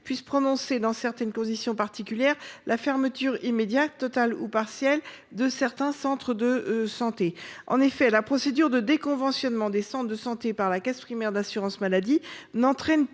puisse prononcer dans certaines conditions particulières la fermeture immédiate, totale ou partielle, de certains centres de santé. En effet, la procédure de déconventionnement des centres de santé par la caisse primaire d’assurance maladie n’entraîne pas